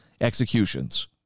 executions